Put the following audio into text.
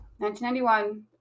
1991